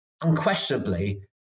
unquestionably